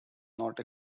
not